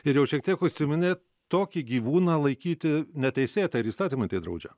ir jau šiek tiek užsiminė tokį gyvūną laikyti neteisėta ir įstatymai tai draudžia